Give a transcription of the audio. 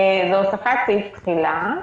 זה הוספת סעיף תחילה.